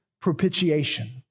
propitiation